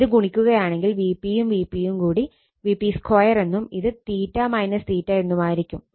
ഇത് ഗുണിക്കുകയാണെങ്കിൽ Vp യും Vp യും കൂടി Vp2 എന്നും ഇത് എന്നുമായിരിക്കും